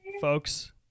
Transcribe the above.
Folks